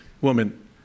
woman